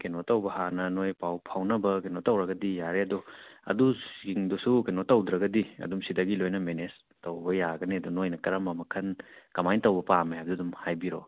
ꯀꯩꯅꯣ ꯇꯧꯕ ꯍꯥꯟꯅ ꯅꯣꯏ ꯄꯥꯎ ꯐꯥꯎꯅꯕ ꯀꯩꯅꯣ ꯇꯧꯔꯒꯗꯤ ꯌꯥꯔꯦ ꯑꯗꯣ ꯑꯗꯨꯁꯤꯡꯗꯨꯁꯨ ꯀꯩꯅꯣ ꯇꯧꯗ꯭ꯔꯒꯗꯤ ꯑꯗꯨꯝ ꯁꯤꯗꯒꯤ ꯂꯣꯏꯅ ꯃꯦꯅꯦꯖ ꯇꯧꯕ ꯌꯥꯒꯅꯤ ꯑꯗꯨ ꯅꯣꯏꯅ ꯀꯔꯝꯕ ꯃꯈꯜ ꯀꯃꯥꯏꯅ ꯇꯧꯕ ꯄꯥꯝꯃꯦ ꯍꯥꯏꯕꯗꯨ ꯑꯗꯨꯝ ꯍꯥꯏꯕꯤꯔꯛꯑꯣ